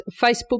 Facebook